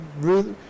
Ruth